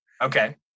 Okay